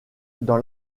dans